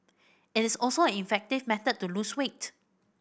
it is also an effective method to lose weight